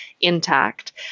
intact